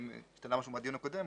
אם השתנה משהו מהדיון הקודם.